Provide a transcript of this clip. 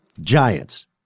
giants